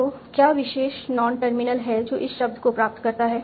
तो क्या विशेष नॉन टर्मिनल है जो इस शब्द को प्राप्त करता है